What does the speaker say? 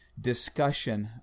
discussion